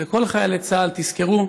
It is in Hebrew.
ולכל חיילי צה"ל: תזכרו,